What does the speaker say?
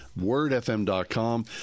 wordfm.com